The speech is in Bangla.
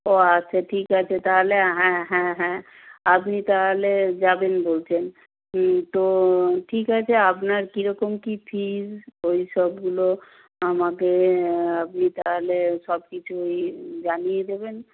ও আচ্ছা ঠিক আছে তাহলে হ্যাঁ হ্যাঁ হ্যাঁ আপনি তাহলে যাবেন বলছেন তো ঠিক আছে আপনার কীরকম কী ফিজ ওই সবগুলো আমাকে আপনি তাহলে সবকিছুই জানিয়ে দেবেন